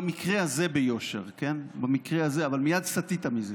במקרה הזה ביושר, במקרה הזה, אבל מייד סטית מזה,